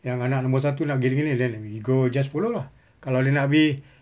yang anak nombor satu nak gini gini then we go just follow lah kalau dia nak pergi